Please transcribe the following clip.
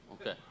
Okay